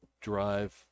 drive